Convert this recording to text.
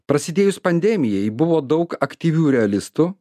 prasidėjus pandemijai buvo daug aktyvių realistų